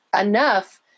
enough